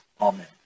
Amen